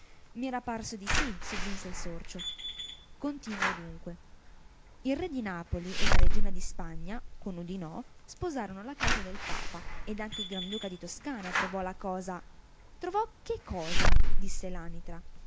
mi era parso di sì soggiunse il sorcio continuo dunque il re di napoli e la regina di spagna con oudinot sposarono la causa del papa ed anche il granduca di toscana trovò la cosa trovò che cosa disse l'anitra